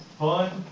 fun